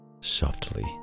softly